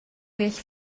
well